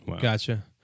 Gotcha